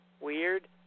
weird